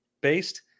based